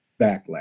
backlash